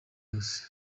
yose